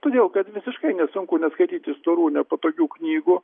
todėl kad visiškai nesunku neskaityti storų nepatogių knygų